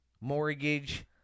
Mortgage